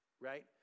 right